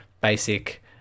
basic